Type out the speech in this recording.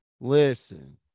Listen